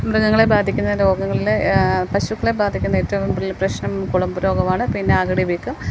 മൃഗങ്ങളെ ബാധിക്കുന്ന രോഗങ്ങളിലെ പശുക്കളെ ബാധിക്കുന്ന ഏറ്റവും വലിയ പ്രശ്നം കുളമ്പ് രോഗമാണ് പിന്നെ അകിട് വീക്കം